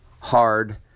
hard